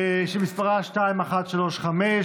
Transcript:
שמספרה 2135,